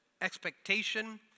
expectation